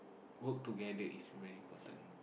work together is very important